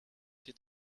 she